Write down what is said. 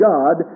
God